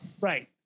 Right